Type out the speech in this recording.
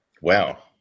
Wow